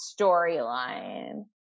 storyline